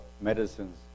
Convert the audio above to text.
medicines